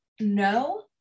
no